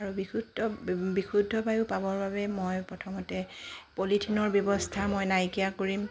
আৰু বিশুদ্ধ বিশুদ্ধ বায়ু পাবৰ বাবে মই প্ৰথমতে পলিথিনৰ ব্যৱস্থা মই নাইকিয়া কৰিম